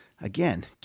Again